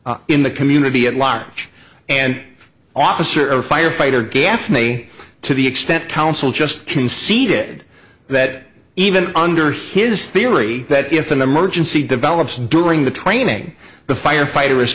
face in the community at large and officer or firefighter gaffney to the extent counsel just conceded that even under his theory that if an emergency develops during the training the firefighter